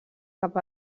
cap